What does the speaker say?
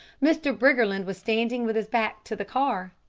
mr. briggerland was standing with his back to the car.